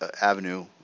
avenue